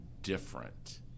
different